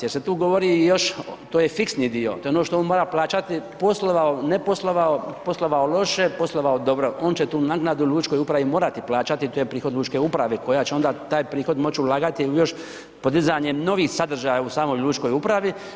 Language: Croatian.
Jer se tu govori i još, to je fiksni dio, to je ono što on mora plaćati, poslovao, ne poslovao, poslovao loše, poslovao dobro, on će tu naknadu lučkoj upravi morati plaćati to je prihod lučke uprave koja će onda taj prihod moći ulagati u još podizanje novih sadržaja u samoj lučkoj upravi.